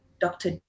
Dr